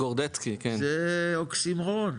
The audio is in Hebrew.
זה אוקסימורון.